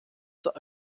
zur